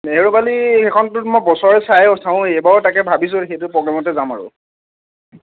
নেহেৰুবালি সেইখনটো মই বছৰে চাই চাওঁৱেই এইবাৰো তাকে ভাবিছোঁ সেইটো প্ৰগ্ৰামতে যাম আৰু